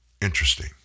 Interesting